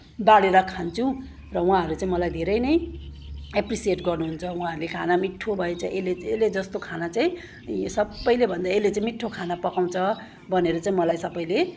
बाडेर खान्छु र उहाँहरू चाहिँ मलाई धेरै नै एप्रिसिएट गर्नुहुन्छ उहाँहरूले खाना मिठो भएछ यसले चाहिँ यसले जस्तो खाना चाहिँ यो सबैलेभन्दा यसलेचाहिँ मिठो खाना पकाउँछ भनेर चाहिँ मलाई सबैले